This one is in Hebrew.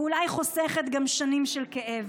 ואולי גם חוסכת שנים של כאב.